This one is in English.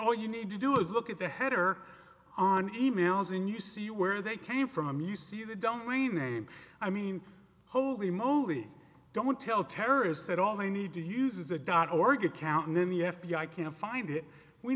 all you need to do is look at the header on e mails and you see where they came from you see the domain name i mean holy moly don't tell terrorists at all they need to use a dot org account and then the f b i can't find it we